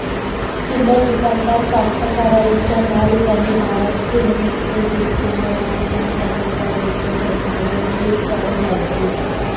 चिल्लर दुकानदार कास्तकाराइच्या माल कमी भावात घेऊन थो दुपटीनं इकून कास्तकाराइच्या जखमेवर मीठ काऊन लावते?